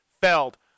Feld